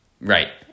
Right